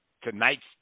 tonight's